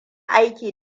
aiki